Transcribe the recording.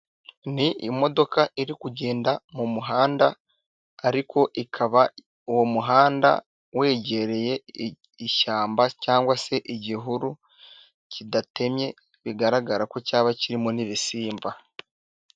Ni imodoka iri kugenda mu muhanda ariko ikaba uwo muhanda wegereye ishyamba cyangwa se igihuru kidatemye, bigaragara ko cyaba kirimo n'ibisimba.